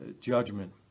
judgment